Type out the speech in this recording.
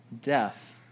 death